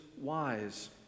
wise